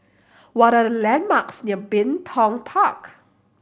what are the landmarks near Bin Tong Park